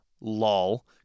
Lol